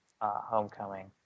Homecoming